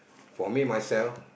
for me myself